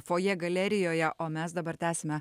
fojė galerijoje o mes dabar tęsiame